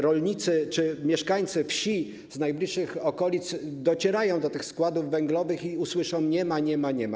Rolnicy czy mieszkańcy wsi z najbliższych okolic docierają do tych składów węglowych i słyszą: nie ma, nie ma, nie ma.